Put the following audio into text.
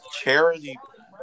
charity